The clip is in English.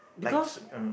like